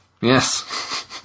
Yes